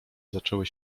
zaczęły